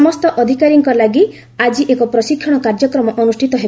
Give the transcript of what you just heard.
ସମସ୍ତ ଅଧିକାରୀଙ୍କ ଲାଗି ଆଜି ଏକ ପ୍ରଶିକ୍ଷଣ କାର୍ଯ୍ୟକ୍ରମ ଅନ୍ରଷ୍ଠିତ ହେବ